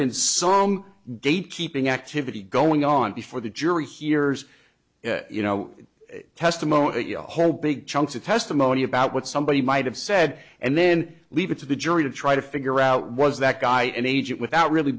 been some gate keeping activity going on before the jury hears you know testimony whole big chunks of testimony about what somebody might have said and then leave it to the jury to try to figure out was that guy an agent without really